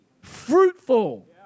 fruitful